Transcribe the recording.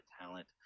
talent